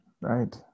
Right